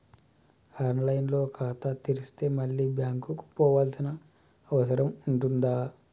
On line లో ఖాతా తెరిస్తే మళ్ళీ బ్యాంకుకు పోవాల్సిన అవసరం ఉంటుందా?